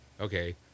okay